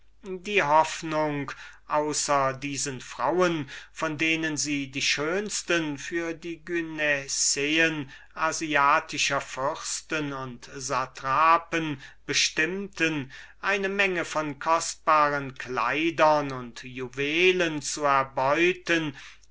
die hoffnung außer diesen weibern von denen sie die schönsten für die asiatischen harems bestimmten eine menge von kostbaren kleidern und juwelen zu erbeuten